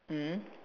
mmhmm